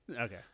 Okay